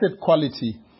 quality